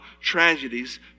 tragedies